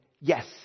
yes